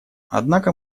однако